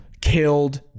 killed